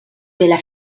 della